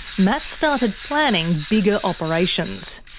matt started planning bigger operations.